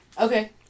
Okay